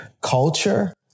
culture